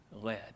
led